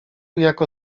jako